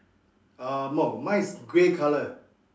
um no mine is grey colour